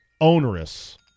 onerous